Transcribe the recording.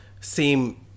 seem